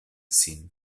sin